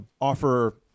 offer